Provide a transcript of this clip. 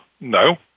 No